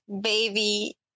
baby